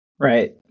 Right